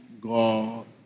God